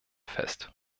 fest